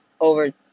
over